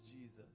Jesus